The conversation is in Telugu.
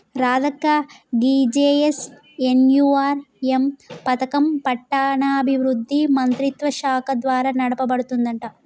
రాధక్క గీ జె.ఎన్.ఎన్.యు.ఆర్.ఎం పథకం పట్టణాభివృద్ధి మంత్రిత్వ శాఖ ద్వారా నడపబడుతుందంట